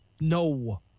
No